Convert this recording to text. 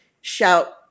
shout